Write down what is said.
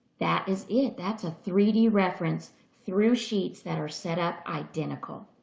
that is it. that's a three d reference through sheets that are set up identical.